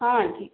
हाँ जी